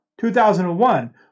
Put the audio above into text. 2001